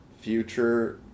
future